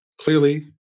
clearly